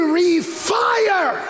refire